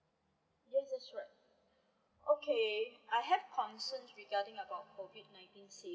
yes yes sure okay I have concern regarding about COVID nineteen safety